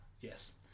yes